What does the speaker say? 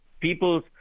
people's